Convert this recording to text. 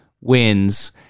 wins